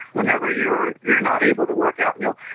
whenever you're you're not able to work out you know,